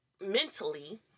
mentally